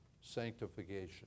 sanctification